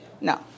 No